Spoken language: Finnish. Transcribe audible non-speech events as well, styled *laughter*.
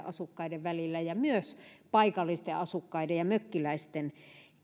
*unintelligible* asukkaiden välillä ja myös paikallisten asukkaiden ja mökkiläisten